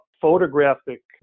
photographic